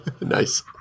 Nice